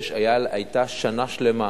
והיתה שנה שלמה